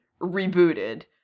rebooted